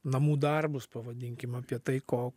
namų darbus pavadinkim apie tai ko